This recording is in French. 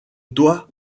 toit